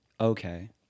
Okay